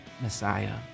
Messiah